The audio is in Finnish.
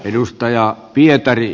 arvoisa puhemies